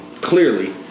clearly